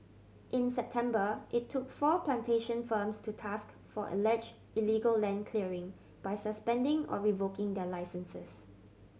in September it took four plantation firms to task for allege illegal land clearing by suspending or revoking their licences